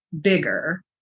bigger